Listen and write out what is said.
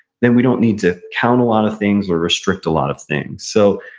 then we don't need to count a lot of things, or restrict a lot of things so